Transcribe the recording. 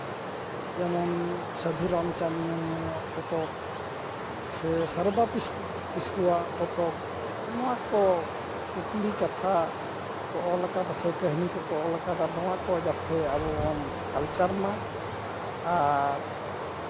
ᱡᱮᱢᱚᱱ ᱥᱟᱹᱫᱷᱩ ᱨᱟᱢᱪᱟᱸᱫ ᱢᱩᱨᱢᱩᱣᱟᱜ ᱯᱚᱛᱚᱵ ᱥᱮ ᱥᱟᱨᱚᱫᱟ ᱠᱤᱥᱠᱩ ᱠᱤᱥᱠᱩᱣᱟᱜ ᱯᱚᱛᱚᱵ ᱱᱚᱜᱼᱚ ᱱᱚᱣᱟ ᱠᱚ ᱠᱩᱠᱞᱤ ᱠᱟᱛᱷᱟ ᱠᱚ ᱚᱞ ᱠᱟᱫᱟ ᱥᱮ ᱠᱟᱹᱦᱱᱤ ᱠᱚᱠᱚ ᱚᱞᱟᱠᱟᱫᱟ ᱱᱚᱣᱟ ᱠᱚ ᱡᱟᱛᱷᱮ ᱟᱵᱚ ᱵᱚᱱ ᱠᱟᱞᱪᱟᱨ ᱢᱟ ᱟᱨ